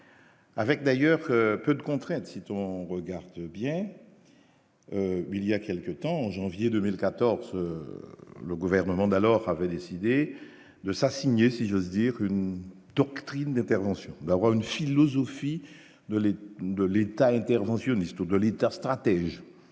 Avec d'ailleurs que peu de contraintes, citons : on regarde bien, il y a quelque temps, en janvier 2014, le gouvernement d'alors avait décidé de s'assigner si j'ose dire, une doctrine d'intervention, d'avoir une philosophie de l'aide de l'État interventionniste de l'État stratège